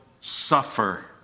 suffer